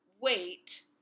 wait